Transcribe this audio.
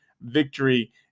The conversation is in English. victory